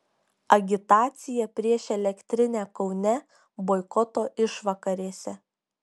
agitacija prieš elektrinę kaune boikoto išvakarėse